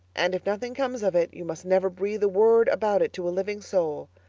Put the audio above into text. and if nothing comes of it you must never breathe a word about it to a living soul.